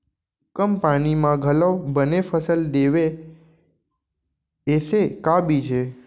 कम पानी मा घलव बने फसल देवय ऐसे का बीज हे?